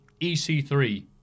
EC3